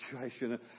situation